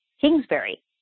Kingsbury